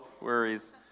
worries